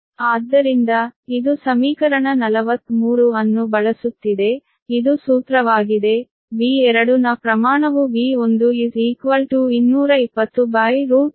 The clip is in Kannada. ಆದ್ದರಿಂದ ಇದು ಸಮೀಕರಣ 43 ಅನ್ನು ಬಳಸುತ್ತಿದೆ ಇದು ಸೂತ್ರವಾಗಿದೆ V2 ನ ಪ್ರಮಾಣವು V1 2203 127